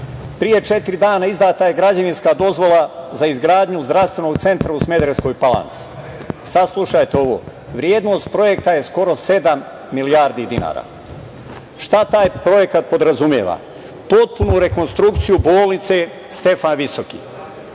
Pre četiri dana izdata je građevinska dozvola za izgradnju zdravstvenog centra u Smederevskoj Palanci. Saslušajte ovo. Vrednost projekta je skoro sedam milijardi dinara. Šta taj projekat podrazumeva? Potpunu rekonstrukciju bolnice „Stefan Visoki“,